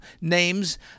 names